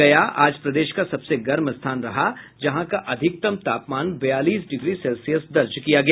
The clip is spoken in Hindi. गया आज प्रदेश का सबसे गर्म स्थान रहा जहां का अधिकतम तापमान बयालीस डिग्री सेल्सियस दर्ज किया गया